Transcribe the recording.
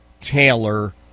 Taylor